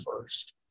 first